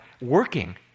working